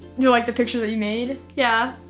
you like the picture that you made? yeah,